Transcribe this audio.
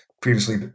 previously